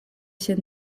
się